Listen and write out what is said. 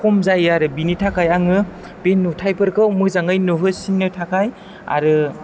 खम जायो आरो बिनि थाखाय आङो बे नुथाइफोरखौ मोजाङै नुहोसिननो थाखाय आरो